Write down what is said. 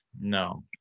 no